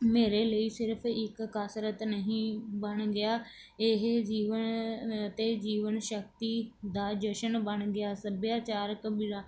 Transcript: ਮੇਰੇ ਲਈ ਸਿਰਫ ਇੱਕ ਕਸਰਤ ਨਹੀਂ ਬਣ ਗਿਆ ਇਹ ਜੀਵਨ ਅਤੇ ਜੀਵਨ ਸ਼ਕਤੀ ਦਾ ਜਸ਼ਨ ਬਣ ਗਿਆ ਸੱਭਿਆਚਾਰ